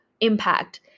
impact